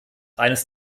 eines